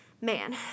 man